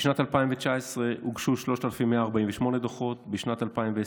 בשנת 2019 הוגשו 3,148 דוחות, בשנת 2020,